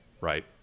right